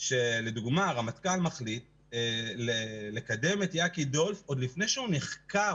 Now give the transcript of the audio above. שלדוגמה הרמטכ"ל מחליט לקדם את יקי דולף עוד לפני שהוא נחקר.